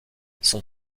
son